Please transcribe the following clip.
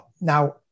Now